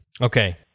Okay